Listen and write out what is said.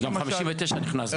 גם 59 נכנס בזה.